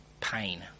pain